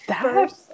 first